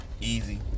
easy